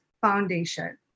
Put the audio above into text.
Foundation